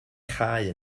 chau